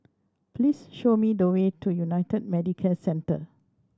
please show me the way to United Medicare Centre